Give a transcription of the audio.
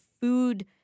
food